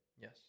Yes